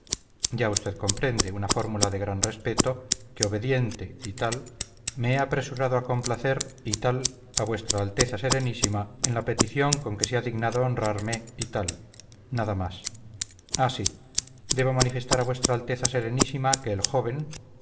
ya usted comprende una fórmula de gran respeto que obediente y tal me he apresurado a complacer y tal a vuestra alteza serenísima en la petición con que se ha dignado honrarme y tal nada más ah sí debo manifestar a vuestra alteza serenísima que el joven